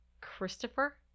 Christopher